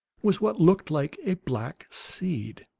was what looked like a black seed.